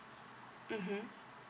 mmhmm